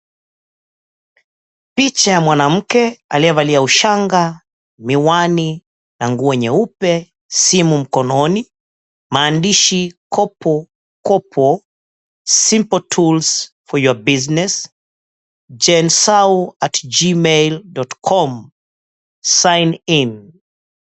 Picha ya mwanamke aliyevalia ushanga miwani na nguo nyeupe simu mkononi, maandishi kopokopo simple tools for your business jensau@gmail.com sign in.